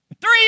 Three